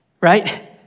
right